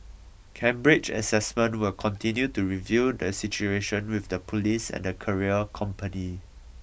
Cambridge Assessment will continue to review the situation with the police and the courier company